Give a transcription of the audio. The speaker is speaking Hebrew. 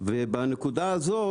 ובנקודה הזאת,